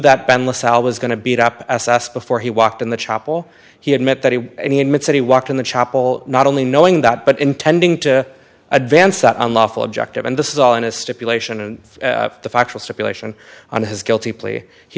lasalle was going to beat up before he walked in the chapel he had met that he and he admits that he walked in the chapel not only knowing that but intending to advance that unlawful objective and this is all in a stipulation and the factual circulation on his guilty plea he